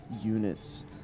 units